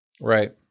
Right